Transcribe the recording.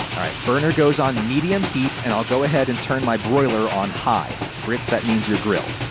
alright, burner goes on medium heat, and i'll go ahead and turn my broiler on high. brits, that means your grill.